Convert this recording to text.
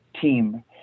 team